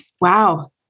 Wow